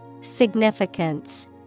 Significance